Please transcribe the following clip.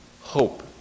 hope